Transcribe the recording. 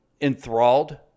enthralled